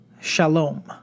Shalom